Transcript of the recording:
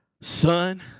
son